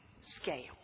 scale